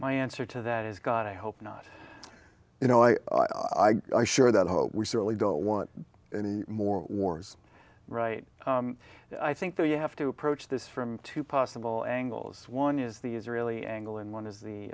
my answer to that is god i hope not you know i i share that hope we certainly don't want any more wars right i think that you have to approach this from two possible angles one is the israeli angle and one is the